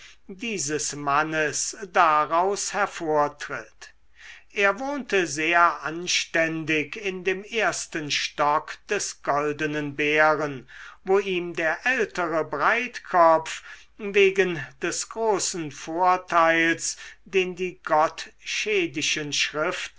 dieses mannes daraus hervortritt er wohnte sehr anständig in dem ersten stock des goldenen bären wo ihm der ältere breitkopf wegen des großen vorteils den die